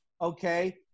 okay